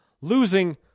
losing